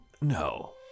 no